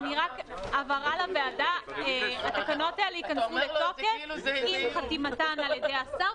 הבהרה התקנות האלה ייכנסו לתוקף עם חתימתן על ידי השר,